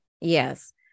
Yes